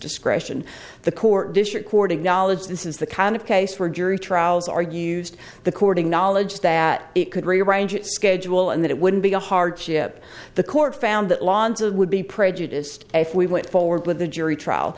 discretion the court dish according knowledge this is the kind of case where jury trials are used the courting knowledge that it could rearrange it schedule and that it wouldn't be a hardship the court found that lawns of would be prejudiced if we went forward with a jury trial